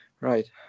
right